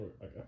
Okay